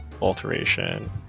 alteration